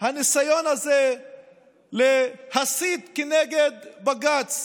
הניסיון הזה להסית נגד בג"ץ